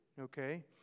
okay